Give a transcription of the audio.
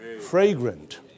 fragrant